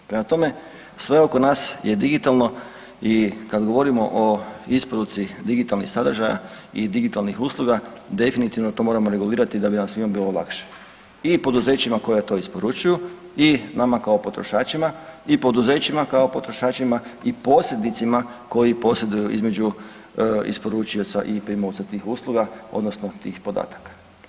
Prema tome, sve oko nas je digitalno i kada govorimo o isporuci digitalnih sadržaja i digitalnih usluga, definitivno to moram regulirati da bi nam svima bilo lakše i poduzećima koja to isporučuju i nama kao potrošačima i poduzećima kao potrošačima i posrednicima koji posreduju između isporučioca i primaoca tih usluga odnosno tih podataka.